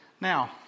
Now